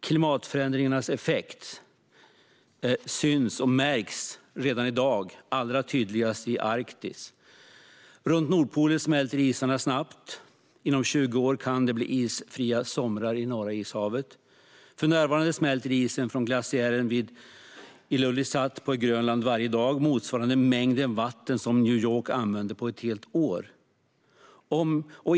Klimatförändringarnas effekter märks i dag allra tydligast i Arktis. Runt Nordpolen smälter isarna snabbt. Inom 20 år kan det bli isfria somrar i Norra ishavet. För närvarande smälter isen från glaciären vid Ilulissat på Grönland varje dag med motsvarande den mängd vatten som New York använder på ett helt år.